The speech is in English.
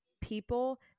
people